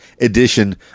edition